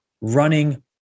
running